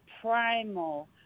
primal